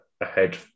ahead